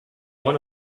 one